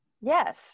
Yes